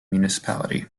municipality